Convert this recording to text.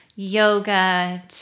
yoga